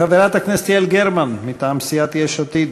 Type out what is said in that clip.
חברת הכנסת יעל גרמן, מטעם סיעת יש עתיד.